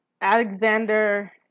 Alexander